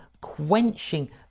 quenching